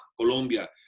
Colombia